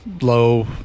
low